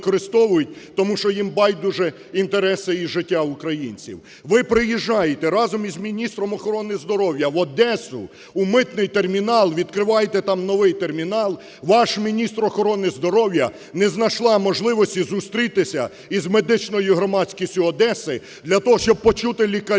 тому що їм байдуже інтереси і життя українців. Ви приїжджаєте разом з міністром охорони здоров'я в Одесу, в митний термінал, відкриваєте там новий термінал – ваш міністр охорони здоров'я не знайшла можливості зустрітися з медичною громадськістю Одеси для того, щоб почути лікарів,